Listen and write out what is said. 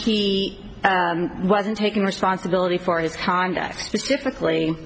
he wasn't taking responsibility for his conduct specifically